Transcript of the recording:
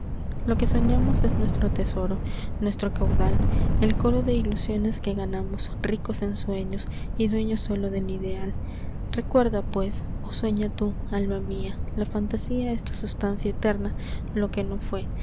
lo que sonamos es nuesfro lesoro nuesfro caudal el oro de ilusiones que ganamos ricos en sueños y dueños sólo del ideal recuerda pues o sueña tú alma la fantasía es tu sustancia eteri lo que no fue